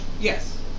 Yes